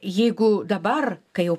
jeigu dabar kai jau